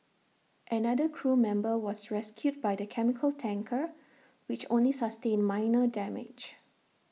another crew member was rescued by the chemical tanker which only sustained minor damage